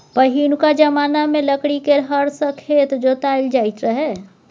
पहिनुका जमाना मे लकड़ी केर हर सँ खेत जोताएल जाइत रहय